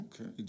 Okay